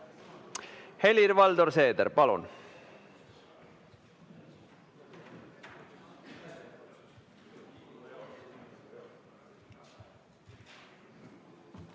Helir-Valdor Seeder, palun!